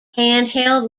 handheld